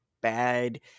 bad